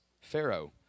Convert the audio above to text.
Pharaoh